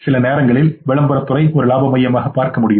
சில நேரங்களில் விளம்பர துறை ஒரு இலாப மையமாக பார்க்க முடியும்